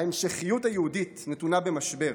ההמשכיות היהודית נתונה במשבר.